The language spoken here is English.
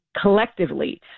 collectively